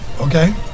okay